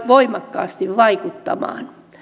voimakkaasti vaikuttamaan